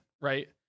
Right